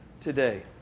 today